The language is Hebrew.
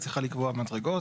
היא צריכה לקבוע מדרגות.